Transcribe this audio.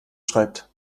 schreibt